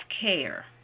care